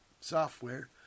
software